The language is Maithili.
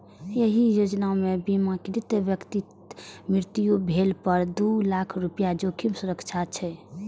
एहि योजना मे बीमाकृत व्यक्तिक मृत्यु भेला पर दू लाख रुपैया जोखिम सुरक्षा छै